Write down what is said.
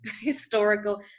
historical